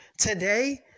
today